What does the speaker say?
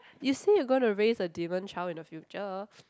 you say you going to raise a demon child in the future